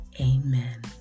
Amen